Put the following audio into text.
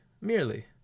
merely